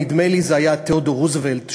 נדמה לי זה היה תיאודור רוזוולט,